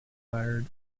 desired